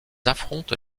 affrontent